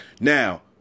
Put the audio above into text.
Now